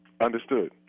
understood